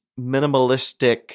minimalistic